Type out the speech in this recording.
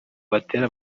batera